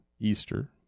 Easter